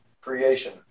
creation